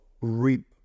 reap